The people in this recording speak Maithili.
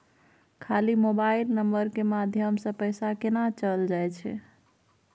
खाली मोबाइल नंबर के माध्यम से पैसा केना चल जायछै?